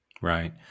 Right